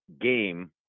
game